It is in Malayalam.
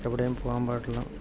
എവിടെയും പോകാൻ പാടില്ല